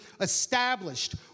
established